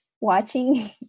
watching